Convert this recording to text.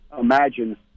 imagine